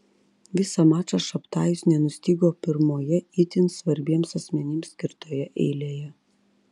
visą mačą šabtajus nenustygo pirmoje itin svarbiems asmenims skirtoje eilėje